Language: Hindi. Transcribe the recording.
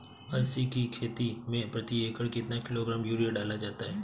अलसी की खेती में प्रति एकड़ कितना किलोग्राम यूरिया डाला जाता है?